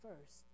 first